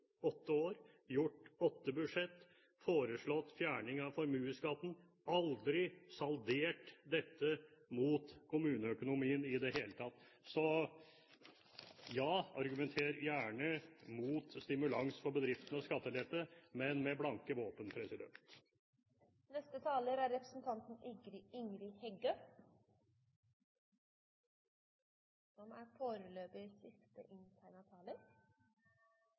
åtte år, laget åtte budsjetter og foreslått fjerning av formuesskatt – jeg har aldri saldert dette mot kommuneøkonomien i det hele tatt. Så ja, argumenter gjerne mot stimulans for bedriftene og skattelette, men med blanke våpen. Eg skal begynna med det siste frå representanten